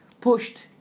pushed